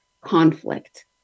conflict